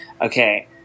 okay